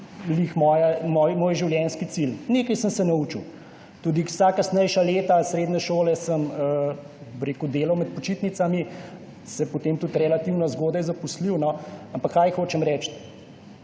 moj življenjski cilj. Nekaj sem se naučil. Tudi vsa kasnejša leta srednje šole sem delal med počitnicami in se potem tudi relativno zgodaj zaposlil. Ampak kaj hočem reči?